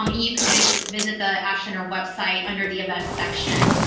um you can visit visit the ash center website under the events section.